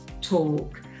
talk